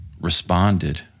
responded